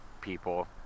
people